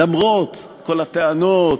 למרות כל הטענות